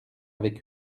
avec